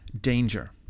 danger